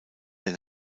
der